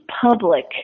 public